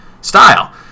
style